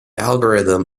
algorithm